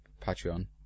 Patreon